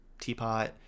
teapot